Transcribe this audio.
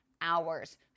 hours